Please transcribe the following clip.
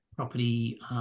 property